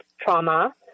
trauma